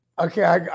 Okay